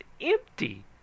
empty